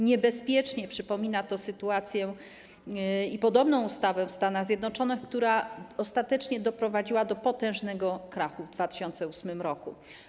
Niebezpiecznie przypomina to sytuację i podobną ustawę w Stanach Zjednoczonych, która ostatecznie doprowadziła do potężnego krachu w 2008 r.